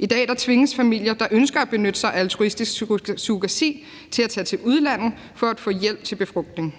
I dag tvinges familier, der ønsker at benytte sig af altruistisk surrogati, til at tage til udlandet for at få hjælp til befrugtning.